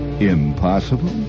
impossible